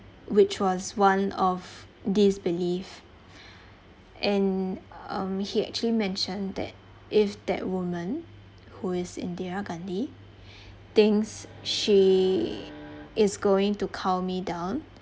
which was one of disbelief and um he actually mentioned that if that woman who is indira gandhi thinks she is going to cull me down